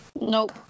nope